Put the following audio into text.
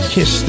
Kiss